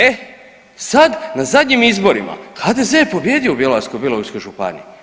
E, sad, na zadnjim izborima, HDZ je pobijedio u Bjelovarsko-bilogorskoj županiji.